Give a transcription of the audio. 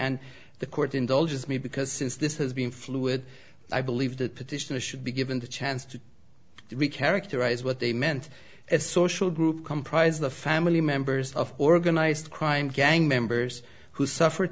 and the court indulges me because since this has been fluid i believe the petition to should be given the chance to we characterize what they meant as a social group comprised of family members of organized crime gang members who suffered